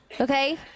Okay